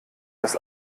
das